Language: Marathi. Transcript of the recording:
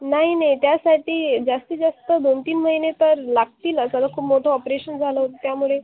नाही नाही त्यासाठी जास्तीत जास्तदोन तीन महिने तर लागतीलच आता खूप मोठं ऑपरेशन झालं त्यामुळे